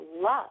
love